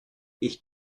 ich